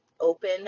open